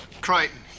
Crichton